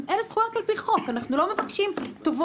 אלה זכויות על פי חוק, אנחנו לא מבקשים טובות.